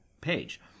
page